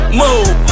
move